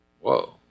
whoa